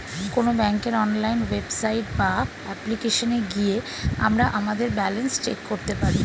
কোনো ব্যাঙ্কের online website বা অ্যাপ্লিকেশনে গিয়ে আমরা আমাদের ব্যালেন্স চেক করতে পারি